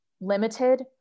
limited